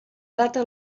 data